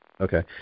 Okay